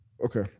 Okay